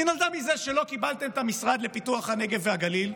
היא נולדה מזה שלא קיבלתם את המשרד לפיתוח הנגב והגליל,